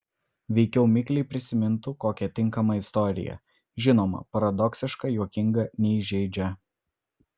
veikiau mikliai prisimintų kokią tinkamą istoriją žinoma paradoksišką juokingą neįžeidžią